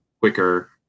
quicker